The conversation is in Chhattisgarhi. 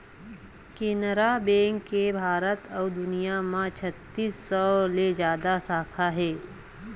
केनरा बेंक के भारत अउ दुनिया म छत्तीस सौ ले जादा साखा हे